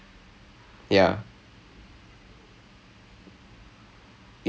this [one] is actually quite quite quite quite nice ya ya